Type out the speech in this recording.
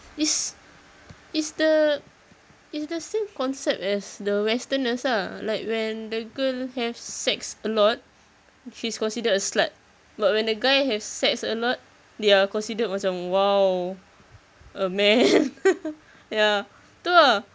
it's it's the it's the same concept as the westerners ah like when the girl have sex a lot she's considered a slut but when the guy have sex a lot they're considered macam !wow! a man ya tu ah